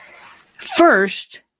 first